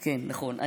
נכון.